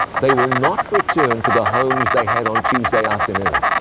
they will not return to the homes they had on tuesday afternoon,